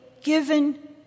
given